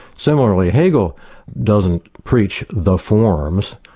similarly, hegel doesn't preach the forms,